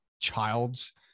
childs